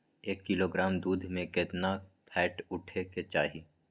एक किलोग्राम दूध में केतना फैट उठे के चाही?